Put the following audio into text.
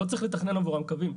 לא צריך לתכנן עבורם קווים.